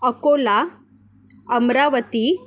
Akola Amravati